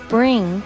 Bring